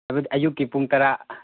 ꯍꯥꯏꯕꯗꯤ ꯑꯌꯨꯛꯀꯤ ꯄꯨꯡ ꯇꯔꯥ